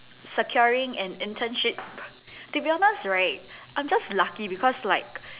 securing an internship to be honest right I'm just lucky because like